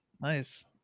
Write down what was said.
Nice